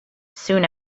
soon